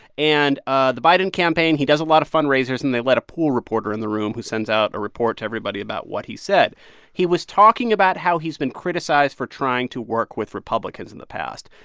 and ah the biden campaign he does a lot of fundraisers. and they let a pool reporter in the room who sends out a report to everybody about what he said he was talking about how he's been criticized for trying to work with republicans in the past.